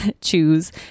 choose